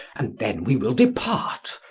and then we will depart.